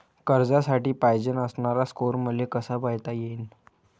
कर्जासाठी पायजेन असणारा स्कोर मले कसा पायता येईन?